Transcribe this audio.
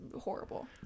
horrible